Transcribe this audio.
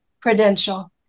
credential